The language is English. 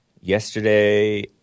yesterday